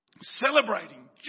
celebrating